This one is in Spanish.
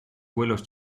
vuelos